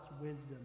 wisdom